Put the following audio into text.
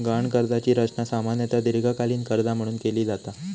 गहाण कर्जाची रचना सामान्यतः दीर्घकालीन कर्जा म्हणून केली जाता